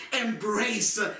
Embrace